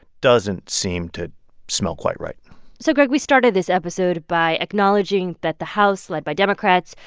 doesn't seem to smell quite right so, greg, we started this episode by acknowledging that the house, led by democrats,